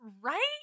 right